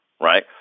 right